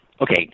Okay